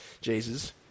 Jesus